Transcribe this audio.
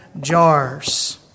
jars